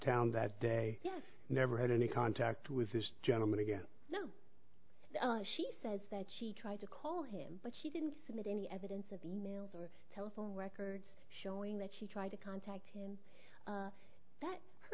town that day never had any contact with this gentleman again no she says that she tried to call him but she didn't submit any evidence of the e mails or telephone records showing that she tried to contact him that her